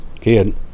kid